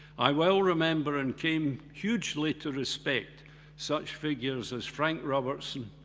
i will remember and came hugely to respect such figures as frank robertson,